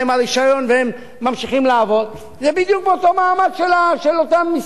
הם בדיוק באותו מעמד של אותם מסתננים שהגיעו והם מחפשי עבודה.